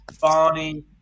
Barney